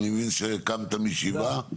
אני מבין שקמת מ'שבעה'.